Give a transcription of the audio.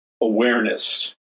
awareness